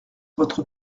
votre